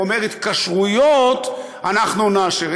והוא אומר: התקשרויות אנחנו נאשר.